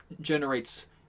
generates